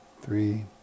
three